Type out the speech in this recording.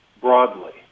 broadly